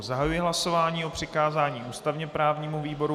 Zahajuji hlasování o přikázání ústavněprávnímu výboru.